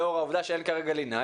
לאור העובדה שאין כרגע לינה,